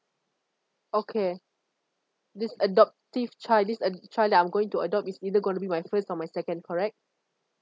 okay this adoptive child this ad~ child that I'm going to adopt is either gonna be my first or my second correct